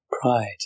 Pride